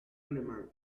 alemán